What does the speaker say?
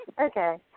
Okay